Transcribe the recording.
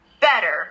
better